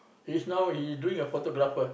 he's not he doing a photographer